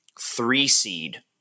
three-seed